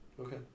Okay